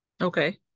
Okay